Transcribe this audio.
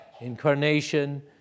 incarnation